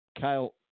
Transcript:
Kyle